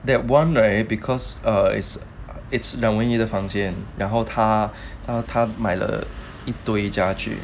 that one right because ah it's it's 梁文音的房间然后他他买了一堆家具